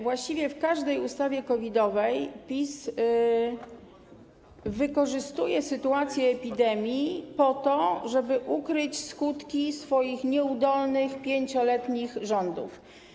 Właściwie w każdej ustawie COVID-owej PiS wykorzystuje sytuację epidemii po to, żeby ukryć skutki swoich nieudolnych 5-letnich rządów.